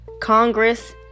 Congress